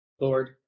Lord